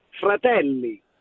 fratelli